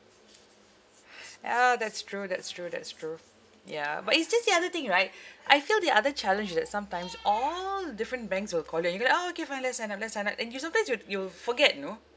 ya that's true that's true that's true ya but it's just the other thing right I feel the other challenge that sometimes all different banks will call you and then you going to okay fine let's sign up let's sign up and you sometimes you you'll forget you know